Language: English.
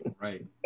Right